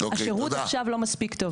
השירות עכשיו לא מספיק טוב.